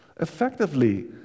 effectively